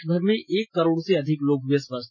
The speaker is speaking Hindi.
देशभर में एक करोड़ से अधिक लोग हुए स्वस्थ